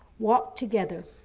walk together,